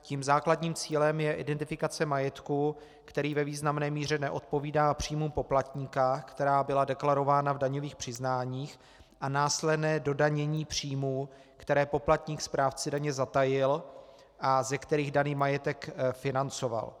Tím základním cílem je identifikace majetku, který ve významné míře neodpovídá příjmu poplatníka, která byla deklarována v daňových přiznáních, a následné dodanění příjmů, které poplatník správci daně zatajil a ze kterých daný majetek financoval.